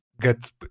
get